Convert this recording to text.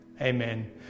amen